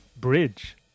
bridge